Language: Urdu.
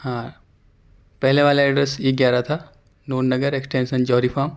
ہاں پہلے والا ایڈریس ای گیارہ تھا نور نگر ایکسٹینشن جوہری فارم